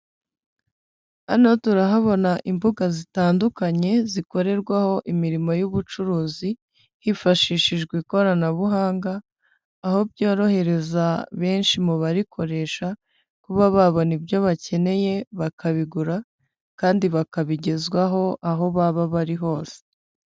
Hano turahabona imbuga zitandukanye zikorerwaho imirimo y'ubucuruzi hifashishijwe ikoranabuhanga, aho byorohereza benshi mu barikoresha kuba babona ibyo bakeneye bakabigura kandi bakabigezwaho aho baba bari hose.